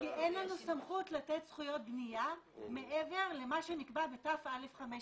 כי אין לנו סמכות לתת זכויות בנייה מעבר למה שנקבע בתא/5000.